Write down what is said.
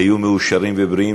היו מאושרים ובריאים.